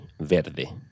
verde